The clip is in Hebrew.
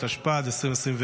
התשפ"ד 2024,